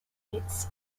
its